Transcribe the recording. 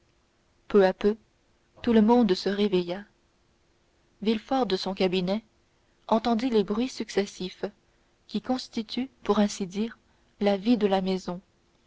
peu à peu tout le monde se réveilla villefort de son cabinet entendit les bruits successifs qui constituent pour ainsi dire la vie de la maison